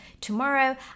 tomorrow